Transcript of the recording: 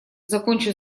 закончу